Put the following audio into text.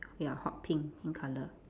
ya hot pink in colour